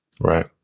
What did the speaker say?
Right